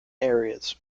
areas